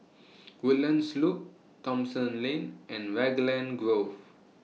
Woodlands Loop Thomson Lane and Raglan Grove